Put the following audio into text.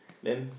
then